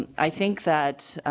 i think that